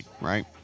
right